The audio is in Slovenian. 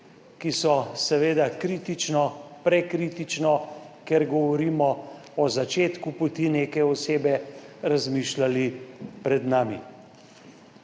ki so seveda kritično prekritično, ker govorimo o začetku poti neke osebe razmišljali: pred nami